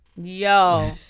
Yo